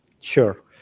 Sure